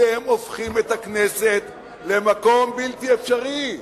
אתם הופכים את הכנסת למקום בלתי אפשרי.